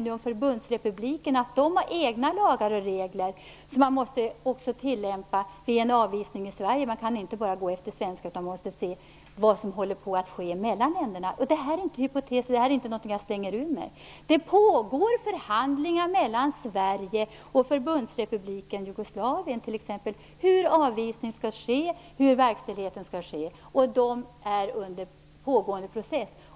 t.ex. att Förbundsrepubliken har egna lagar och regler som man måste tillämpa vid en avvisning från Sverige. Man kan inte bara rätta sig efter svenska lagar, utan man måste se vad som håller på att ske mellan länderna. Detta är inte hypoteser, och detta är inte något som jag slänger ur mig. Det pågår förhandlingar mellan Sverige och Förbundsrepubliken Jugoslavien om hur avvisningen skall ske och om hur verkställigheten skall ske. De är under pågående process.